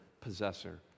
Possessor